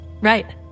Right